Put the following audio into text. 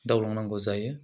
दावलांनांगौ जायो